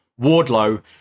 Wardlow